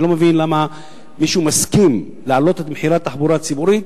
אני לא מבין למה מישהו מסכים להעלאת מחירי התחבורה הציבורית,